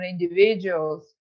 individuals